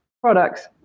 products